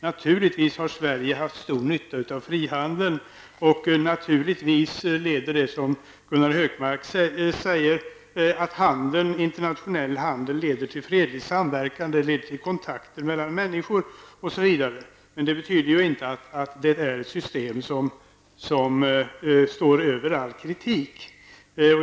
Naturligtvis har Sverige haft stor nytta av frihandeln, och naturligtvis leder, som Gunnar Hökmark säger, internationell handel till fredlig samverkan, till kontakter mellan människor, osv. Men detta betyder inte att det är fråga om ett system som står över all kritik.